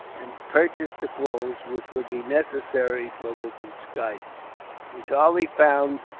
and purchased the clothes which would be necessary for the disguises and charlie found,